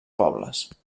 pobles